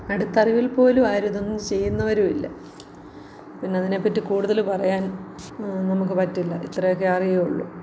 അടുത്തറിവിൽപ്പോലുമാരും ഇതൊന്നും ചെയ്യുന്നുവരുമില്ല പിന്നതിനേപ്പറ്റി കൂടുതൽ പറയാൻ നമുക്കു പറ്റില്ല ഇത്രയൊക്കെ അറിയുകയുള്ളു